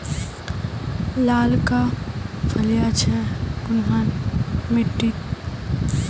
लालका फलिया छै कुनखान मिट्टी त?